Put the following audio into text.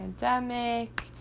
pandemic